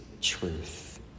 truth